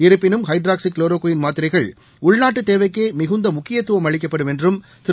இருப்பினும் ஹைட்ராக்சிகுளோரோகுயின் மாத்திரைகள் உள்நாட்டு தேவைக்கே மிகுந்த முக்கியத்தும் அளிக்கப்படும் என்றும் திரு